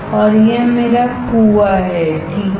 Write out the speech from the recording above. और यह मेरा कुआं है ठीक है